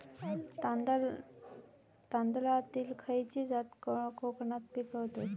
तांदलतली खयची जात कोकणात पिकवतत?